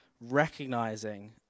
recognizing